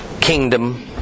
kingdom